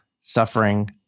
suffering